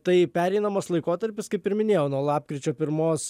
tai pereinamas laikotarpis kaip ir minėjau nuo lapkričio pirmos